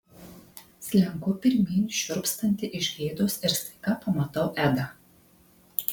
slenku pirmyn šiurpstanti iš gėdos ir staiga pamatau edą